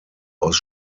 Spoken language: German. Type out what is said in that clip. aus